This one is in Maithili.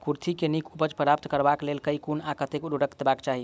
कुर्थी केँ नीक उपज प्राप्त करबाक लेल केँ कुन आ कतेक उर्वरक देबाक चाहि?